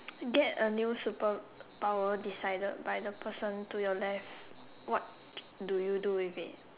get a new superpower decided by the person to your left what do you do with it